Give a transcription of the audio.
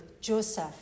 Joseph